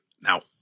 Now